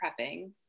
prepping